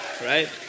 Right